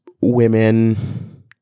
women